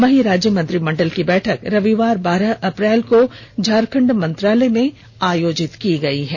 वहीं राज्य मंत्रिमंडल की बैठक रविवार बारह अप्रैल को झारखंड मंत्रालय में आयोजित की गई है